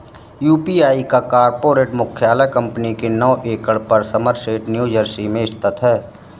UPI का corporate मुख्यालय कंपनी के नौ एकड़ पर समरसेट न्यू जर्सी में स्थित है